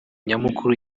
nyamukuru